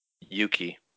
Yuki